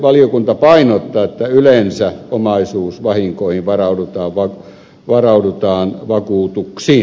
valiokunta painottaa että yleensä omaisuusvahinkoihin varaudutaan vakuutuksin